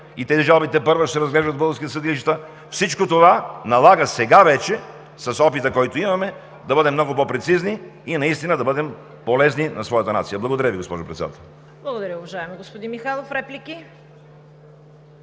и тези жалби тепърва ще се разглеждат в българските съдилища. Всичко това налага – сега вече с опита, който имаме – да бъдем много по-прецизни и наистина да бъдем полезни на своята нация. Благодаря Ви, госпожо Председател. ПРЕДСЕДАТЕЛ ЦВЕТА КАРАЯНЧЕВА: Благодаря Ви, уважаеми господин Михайлов. Реплики?